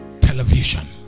television